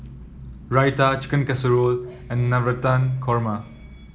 Raita Chicken Casserole and Navratan Korma